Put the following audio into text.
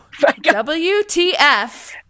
WTF